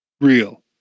Real